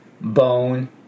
bone